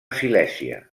silèsia